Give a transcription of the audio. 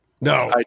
No